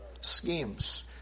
schemes